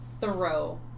throw